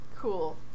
Cool